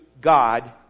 God